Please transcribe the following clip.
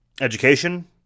education